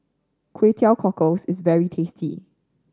Kway Teow Cockles is very tasty